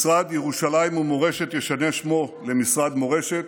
משרד ירושלים ומורשת ישנה את שמו למשרד מורשת,